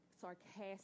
sarcastic